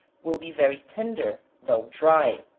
will be very tender, though dry.